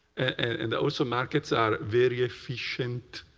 and those so markets are very efficient.